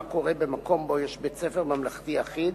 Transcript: מה קורה ביישוב שיש בו בית-ספר ממלכתי יחיד,